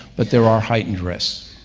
but there are heightened risks.